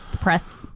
press